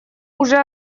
уже